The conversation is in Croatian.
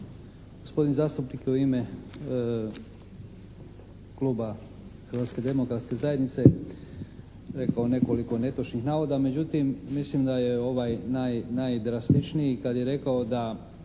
Gospodin zastupnik je u ime kluba Hrvatske demokratske zajednice rekao nekoliko netočnih navoda, međutim mislim da je ovaj najdrastičniji kad je rekao da